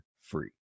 free